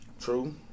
True